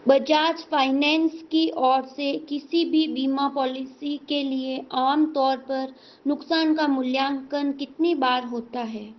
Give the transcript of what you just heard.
Bajaj finance की ओर से किसी भी बीमा पॉलिसी के लिए आमतौर पर नुकसान का मूल्यांकन कितनी बार होता है